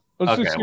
Okay